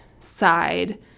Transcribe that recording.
side